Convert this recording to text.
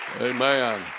Amen